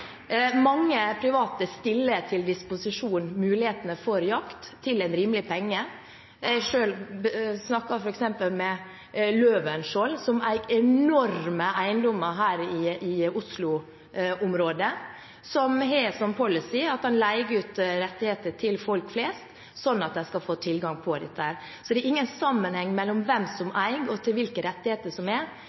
Mange private stiller til disposisjon mulighetene for jakt til en rimelig penge. Jeg har selv snakket med f.eks. Løvenskiold, som eier enorme eiendommer her i Oslo-området, som har som policy at han leier ut rettigheter til folk flest, slik at de skal få tilgang på dette. Så det er ingen sammenheng mellom hvem som eier og hvilke rettigheter man har. Det er